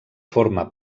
forma